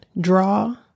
draw